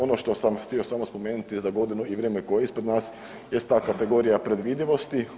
Ono što sam htio samo spomenuti za godinu i za vrijeme koje je ispred nas jest ta kategorija predvidivosti.